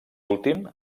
últim